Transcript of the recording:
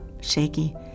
shaky